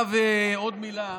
עכשיו עוד מילה,